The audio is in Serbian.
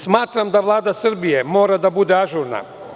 Smatram, da Vlada Srbije mora da bude ažurna.